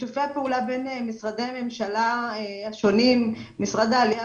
שיתופי הפעולה בין משרדי הממשלה השונים - משרד העלייה